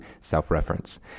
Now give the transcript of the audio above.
self-reference